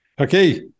Okay